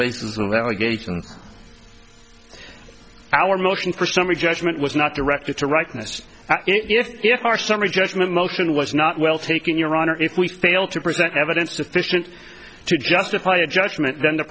basis of allegations our motion for summary judgment was not directed to rightness if our summary judgment motion was not well taken your honor if we fail to present evidence sufficient to justify a judgment then the